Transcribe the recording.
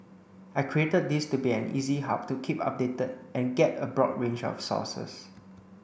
I created this to be an easy hub to keep updated and get a broad range of sources